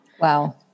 Wow